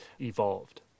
evolved